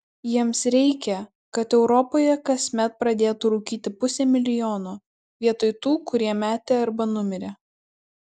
jiems reikia kad europoje kasmet pradėtų rūkyti pusė milijono vietoj tų kurie metė arba numirė